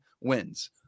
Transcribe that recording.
wins